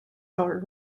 are